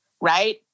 right